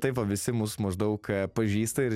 taip va visi mus maždaug pažįsta ir